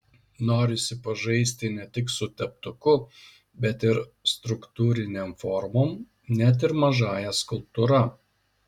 norisi pažaisti ne tik su teptuku bet ir struktūrinėm formom net ir mažąja skulptūra